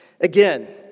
Again